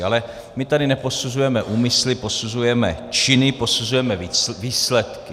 Ale my tady neposuzujeme úmysly, posuzujeme činy, posuzujeme výsledky.